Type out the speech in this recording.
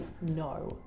No